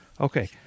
Okay